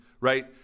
right